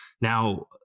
Now